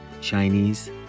Chinese